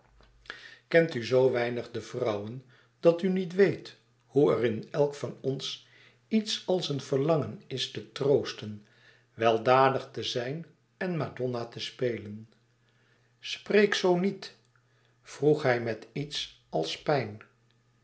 kent u zoo weinig de vrouwen dat u niet weet hoe er in elk van ons iets als een verlangen is te troosten weldadig te zijn en madonna te spelen spreek zoo niet vroeg hij met iets als pijn